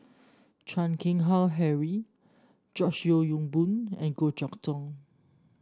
Chan Keng Howe Harry George Yeo Yong Boon and Goh Chok Tong